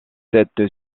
cette